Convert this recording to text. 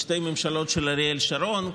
בשתי ממשלות של אריאל שרון,